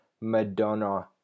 Madonna